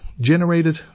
generated